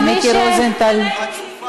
את לא יודעת אפילו על מה את מדברת,